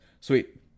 Sweet